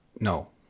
no